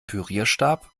pürierstab